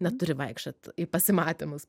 neturi vaikščiot į pasimatymus